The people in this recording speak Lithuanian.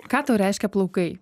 ką tau reiškia plaukai